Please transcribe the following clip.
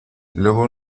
luego